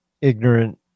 ignorant